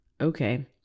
okay